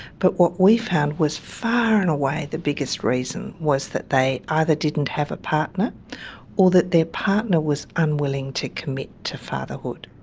but what we found was far and away the biggest reason was that they either didn't have a partner or that their partner was unwilling to commit to fatherhood.